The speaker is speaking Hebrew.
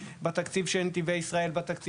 אני אסיים בדבר